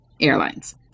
Airlines